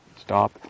stop